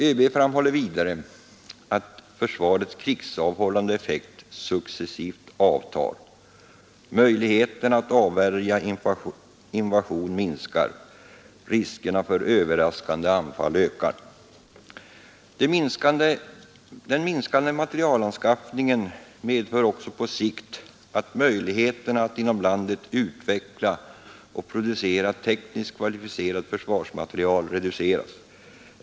ÖB framhåller vidare att försvarets krigsavhållande effekt successivt avtar. Möjligheten att avvärja invasion minskar. Riskerna för överraskande anfall ökar. Den minskade materielanskaffningen medför också på sikt att möjligheterna att inom landet utveckla och producera tekniskt kvalificerad försvarsmateriel reduceras.